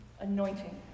anointing